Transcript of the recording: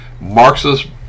Marxist